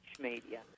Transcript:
media